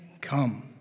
come